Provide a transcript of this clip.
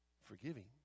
forgiving